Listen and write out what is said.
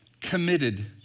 committed